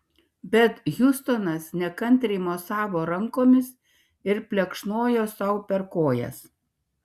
bet hiustonas nekantriai mosavo rankomis ir plekšnojo sau per kojas